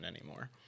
anymore